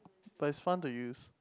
but it's fun to use